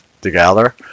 together